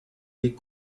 des